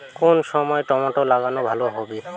কোন সময় টমেটো লাগালে ভালো হবে?